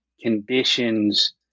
conditions